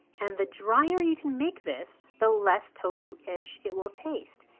and the drier you can make this, the less tofu-ish it will taste,